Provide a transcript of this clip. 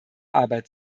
arbeit